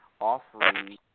Offering